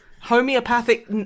Homeopathic